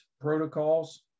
protocols